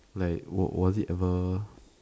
like was was it ever